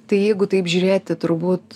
tai jeigu taip žiūrėti turbūt